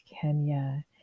Kenya